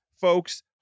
folks